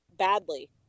Badly